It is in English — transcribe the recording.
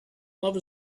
love